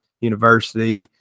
University